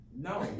No